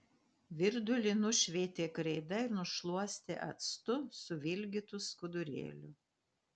virdulį nušveitė kreida ir nušluostė actu suvilgytu skudurėliu